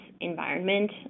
environment